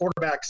quarterbacks